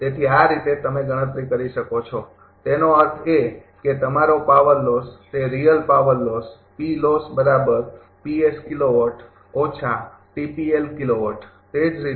તેથી આ રીતે તમે ગણતરી કરી શકો છો તેનો અર્થ એ કે તમારો પાવર લોસ તે રિયલ પાવર લોસ તે જ રીતે